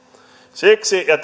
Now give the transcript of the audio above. siksi ja